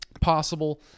possible